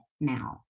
now